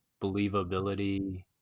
believability